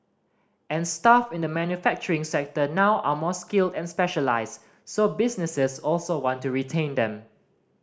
and staff in the manufacturing sector now are more skilled and specialised so businesses also want to retain them